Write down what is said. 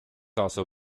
also